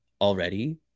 already